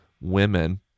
women